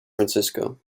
francisco